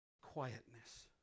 quietness